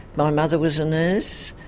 my mother was a nurse,